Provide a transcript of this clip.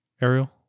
Ariel